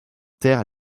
terre